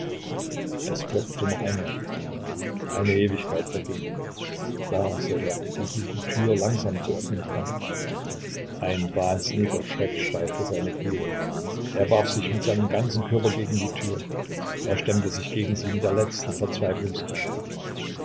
es klopfte noch einmal eine ewigkeit verging da sah er wie sich die tür langsam zu öffnen begann ein wahnsinniger schreck steifte seine glieder er warf sich mit seinem ganzen körper gegen die tür er stemmte sich gegen sie mit der letzten verzweiflungskraft